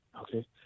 Okay